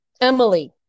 Emily